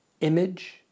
image